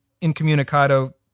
incommunicado